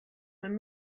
mein